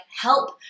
help